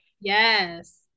Yes